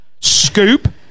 Scoop